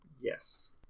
Yes